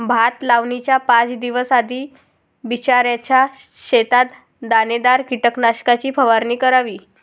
भात लावणीच्या पाच दिवस आधी बिचऱ्याच्या शेतात दाणेदार कीटकनाशकाची फवारणी करावी